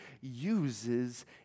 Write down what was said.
uses